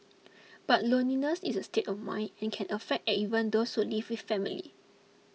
but loneliness is a state of mind and can affect even those who live with family